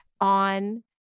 on